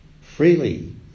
freely